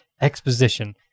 Exposition